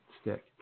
stick